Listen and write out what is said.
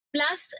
Plus